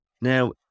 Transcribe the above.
Now